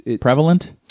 Prevalent